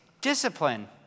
discipline